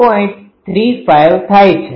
35 થાય છે